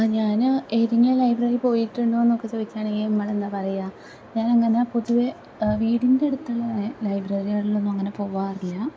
ഞാൻ ഏതെങ്കിലും ലൈബ്രറീ പോയിട്ടുണ്ടോന്നൊക്കെ ചോയിച്ചാണെങ്കിൽ അമ്മളെന്താ പറയുക ഞാനങ്ങനെ പൊതുവെ വീടിൻ്റെ അടുത്തുള്ള ലൈബ്രറികളിലൊന്നും അങ്ങനെ പോവാറില്ല